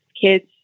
kids